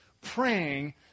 praying